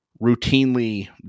routinely